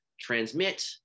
transmit